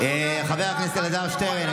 חבר הכנסת אלעזר שטרן,